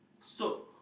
S_O_P